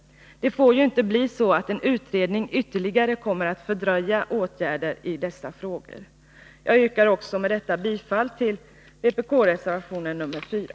Det får inte bli så att en utredning ytterligare kommer att fördröja åtgärder i dessa frågor. Jag yrkar med detta också bifall till vpk-reservationen nr 4.